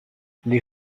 les